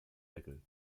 deckel